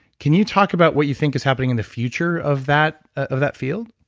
can you talk about what you think is happening in the future of that of that field?